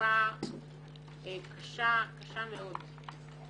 בתקופה קשה, קשה מאוד.